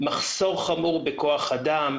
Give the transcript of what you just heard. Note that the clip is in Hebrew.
מחסור חמור בכח אדם,